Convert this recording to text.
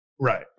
Right